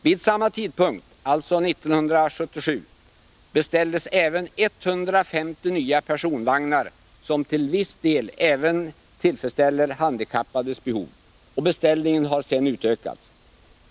Vid samma tidpunkt, 1977, beställdes även 150 nya personvagnar som till viss del även tillfredsställer handikappades behov. Beställningen har sedan utökats.